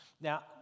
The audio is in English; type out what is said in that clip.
Now